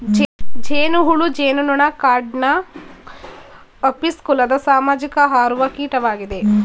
ಜೇನುಹುಳು ಜೇನುನೊಣ ಕ್ಲಾಡ್ನ ಅಪಿಸ್ ಕುಲದ ಸಾಮಾಜಿಕ ಹಾರುವ ಕೀಟವಾಗಿದೆ